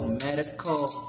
medical